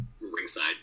ringside